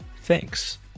Thanks